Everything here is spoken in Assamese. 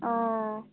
অঁ